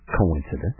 coincidence